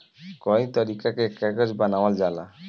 कई तरीका के कागज बनावल जाला